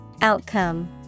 Outcome